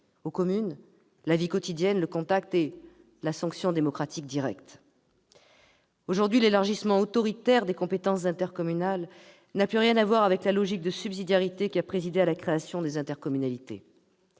aux communes, la vie quotidienne, le contact et ... la sanction démocratique directe. Aujourd'hui, l'élargissement autoritaire des compétences intercommunales n'a plus rien à voir avec la logique de subsidiarité qui a présidé à la création des intercommunalités.